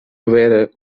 vere